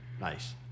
Nice